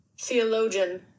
Theologian